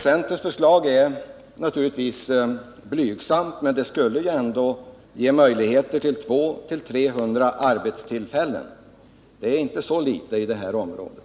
Centerns förslag är naturligtvis blygsamt, men det skulle ändå ge möjligheter till ytterligare 200-300 arbetstillfällen. Det är inte så litet i det här området.